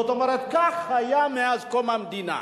זאת אומרת, כך היה מאז קום המדינה.